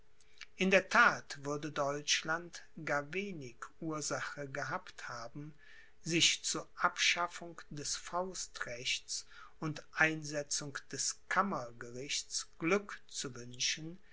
in der that würde deutschland gar wenig ursache gehabt haben sich zu abschaffung des faustrechts und einsetzung des kammergerichts glück zu wünschen